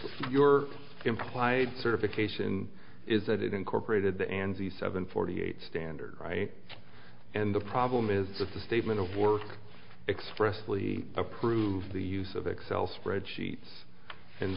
with your implied certification is that it incorporated the and the seven forty eight standard right and the problem is that the statement of work expressively approved the use of excel spreadsheets and